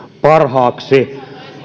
parhaaksi